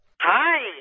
Hi